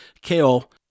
Kale